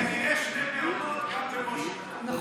וכנראה שני מעונות גם בוושינגטון.